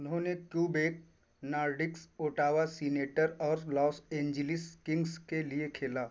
उन्होंने Quebec Nordiques Ottawa Senators Los Angeles Kings के लिए खेला